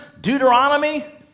Deuteronomy